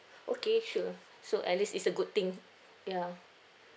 okay sure so at least it's a good thing ya